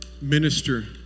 minister